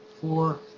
four